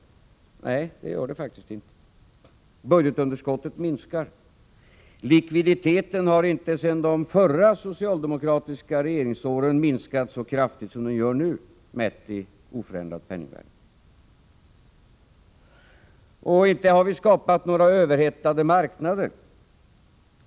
Nej, det gör det faktiskt inte. Budgetunderskottet minskar. Likviditeten har inte sedan de förra socialdemokratiska regeringsåren minskat så kraftigt som den nu gör, mätt i oförändrat penningvärde. Vi har inte heller skapat några överhettade marknader.